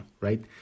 right